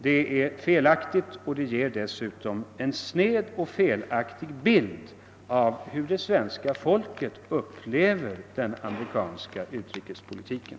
Det är felaktigt och ger dessutom en sned och oriktig bild av hur svenska folket upplever den amerikanska utrikespolitiken.